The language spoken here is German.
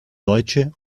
deutsche